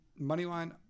Moneyline